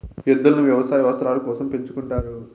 ఎద్దులను వ్యవసాయ అవసరాల కోసం పెంచుకుంటారు